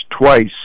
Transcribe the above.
twice